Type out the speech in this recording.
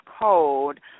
code